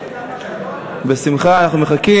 לא, רגע,